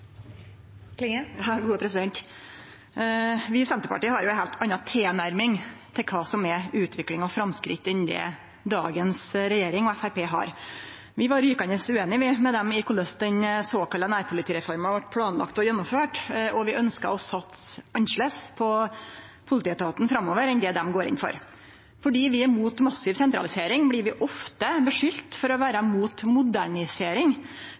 og framskritt enn det dagens regjering og Framstegspartiet har. Vi var rykande ueinige med dei i korleis den såkalla nærpolitireforma vart planlagt og gjennomført, og vi ønskjer å satse annleis på politietaten framover enn det dei går inn for. Fordi vi er mot massiv sentralisering, blir vi ofte skulda for å vere mot modernisering.